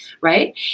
Right